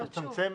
שלושה.